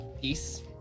peace